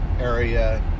area